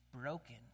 broken